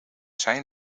zijn